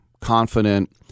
confident